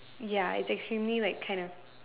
ya it's extremely like kind of